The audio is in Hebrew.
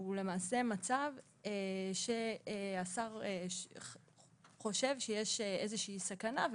הוא למעשה מצב שהשר חושב שיש איזה סכנה,